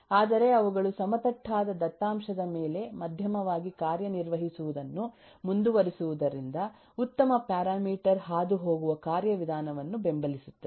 ಆದರೆ ಅವುಗಳು ಸಮತಟ್ಟಾದ ದತ್ತಾಂಶದ ಮೇಲೆ ಮಧ್ಯಮವಾಗಿ ಕಾರ್ಯನಿರ್ವಹಿಸುವುದನ್ನು ಮುಂದುವರಿಸುವುದರಿಂದ ಉತ್ತಮ ಪ್ಯಾರಾಮೀಟರ್ ಹಾದುಹೋಗುವ ಕಾರ್ಯವಿಧಾನವನ್ನುಬೆಂಬಲಿಸುತ್ತದೆ